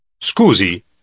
Scusi